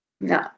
No